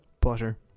butter